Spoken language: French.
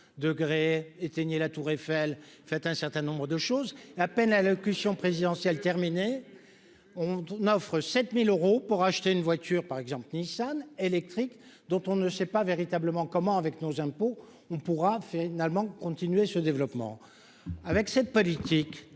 degrés, éteignez la tour Eiffel, fait un certain nombre de choses à peine allocution présidentielle terminée, on offre 7000 euros pour acheter une voiture par exemple Nissan électrique dont on ne sait pas véritablement comment avec nos impôts, on pourra finalement continuer ce développement avec cette politique